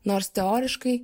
nors teoriškai